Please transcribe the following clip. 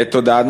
תודה.